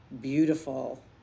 beautiful